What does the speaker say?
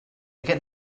get